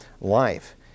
life